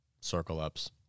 circle-ups